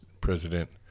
president